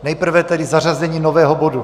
Nejprve tedy zařazení nového bodu.